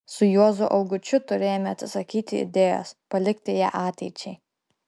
su juozu augučiu turėjome atsisakyti idėjos palikti ją ateičiai